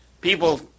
people